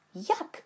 Yuck